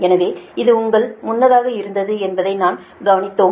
எனவே இது உங்கள் முன்னதாக இருந்தது என்பதை நாம் கவனித்தோம்